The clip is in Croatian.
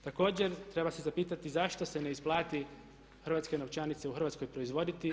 Također treba se zapitati zašto se ne isplati hrvatske novčanice u Hrvatskoj proizvoditi.